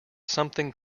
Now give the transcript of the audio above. something